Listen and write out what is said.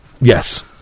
Yes